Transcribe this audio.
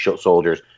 soldiers